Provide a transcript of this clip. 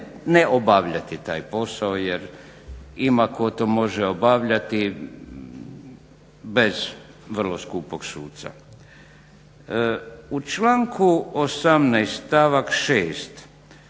ne obavljati taj posao jer ima tko to može obavljati bez vrlo skupog suca. U članku 18. stavak 6.